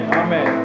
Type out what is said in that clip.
amen